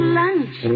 lunch